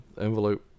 envelope